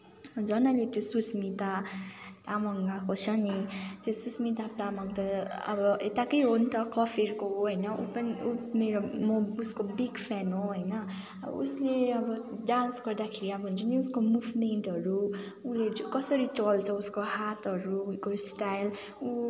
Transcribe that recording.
झन् अहिले त्यो सुस्मिता तामाङ आएको छ नि त्यो सुस्मिता तामाङ त अब यताकै हो नि त कफेरको हो होइन ऊ पनि मेरो म उसको बिग फ्यान हो होइन अब उसले अब डान्स गर्दाखेरि अब हुन्छ नि उसको मुभमेन्टहरू उसले चाहिँ कसरी चल्छ उसको हातहरू उसको स्टाइल ऊ